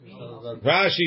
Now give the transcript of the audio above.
Rashi